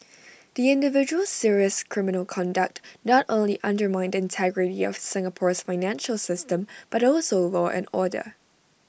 the individual's serious criminal conduct not only undermined the integrity of Singapore's financial system but also law and order